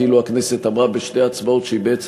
כאילו הכנסת אמרה בשתי ההצבעות שהיא בעצם